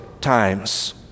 times